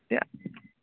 तें